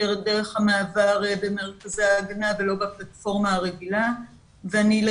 דרך המעבר במרכזי ההגנה ולא בפלטפורמה הרגילה,